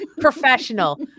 Professional